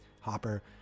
Hopper